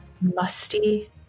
musty